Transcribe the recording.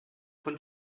von